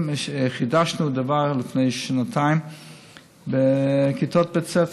חידשנו דבר לפני שנתיים בכיתות בית ספר.